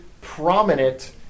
prominent